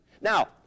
Now